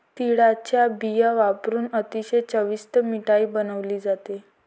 तिळाचा बिया वापरुन अतिशय चविष्ट मिठाई बनवली जाते